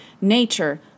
Nature